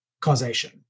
causation